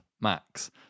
Max